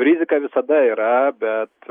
rizika visada yra bet